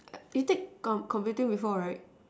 you take com~ computing before right